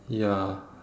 ya